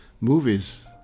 movies